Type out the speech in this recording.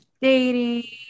dating